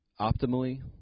optimally